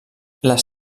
les